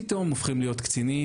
פתאום הופכים להיות קצינים,